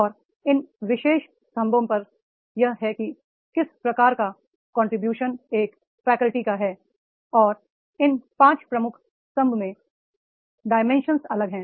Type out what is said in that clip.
और इन विशेष स्तंभों पर यह है कि किस प्रकार का कंट्रीब्यूशन एक फैकल्टी का है और इन 5 प्रमुख स्तंभ में डाइमेंशन अलग है